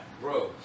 Bro